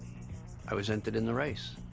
i was entered in the race,